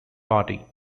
party